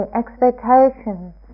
expectations